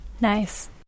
Nice